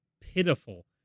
pitiful